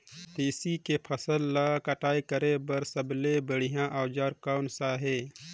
तेसी के फसल ला कटाई करे बार सबले बढ़िया औजार कोन सा हे?